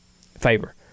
favor